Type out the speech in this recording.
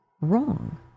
wrong